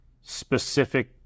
specific